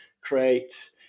create